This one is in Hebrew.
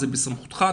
זה בסמכותך,